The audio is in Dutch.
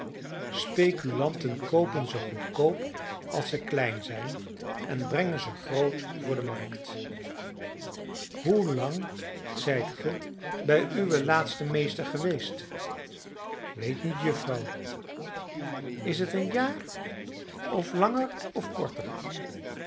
speculanten koopen ze goedkoop als ze klein zijn en brengen ze groot voor de markt hoelang zijt ge bij uwen laatsten meester geweest weet niet juffrouw is het een jaar of langer of korter